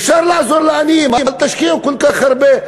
אפשר לעזור לעניים, אל תשקיעו כל כך הרבה,